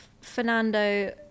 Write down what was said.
Fernando